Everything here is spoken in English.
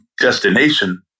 destination